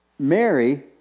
Mary